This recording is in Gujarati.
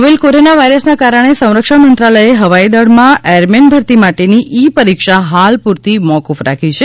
નોવેલ કોરોના વાયરસના કારણે સંરક્ષણ મંત્રાલયે હવાઇ દળમાં એરમેન ભરતી માટેની ઇ પરીક્ષા હાલ પુરતી મૌકુફ રાખી છે